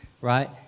right